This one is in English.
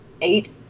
Eight